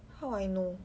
how I know